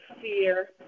fear